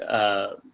ah,